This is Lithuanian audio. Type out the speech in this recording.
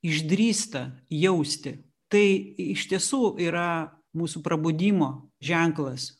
išdrįsta jausti tai iš tiesų yra mūsų prabudimo ženklas